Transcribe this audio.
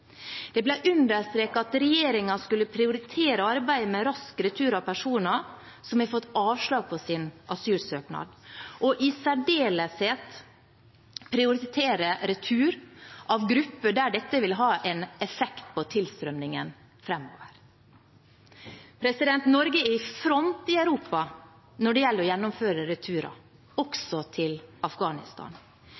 Det ble understreket at regjeringen skulle prioritere «arbeidet med rask retur av personer som har fått avslag på sin asylsøknad, og i særdeleshet prioritere retur av grupper der dette vil ha effekt på tilstrømningen fremover». Norge er i front i Europa når det gjelder å gjennomføre returer,